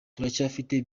turacyafite